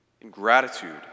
ingratitude